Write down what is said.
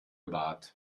bart